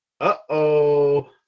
Uh-oh